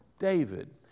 David